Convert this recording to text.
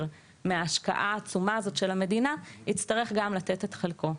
מההשקעה העצומה הזאת של המדינה יצטרך לתת את חלקו.